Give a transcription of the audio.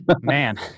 Man